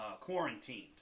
quarantined